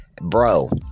bro